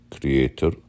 creator